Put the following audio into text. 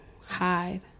hide